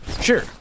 Sure